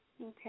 Okay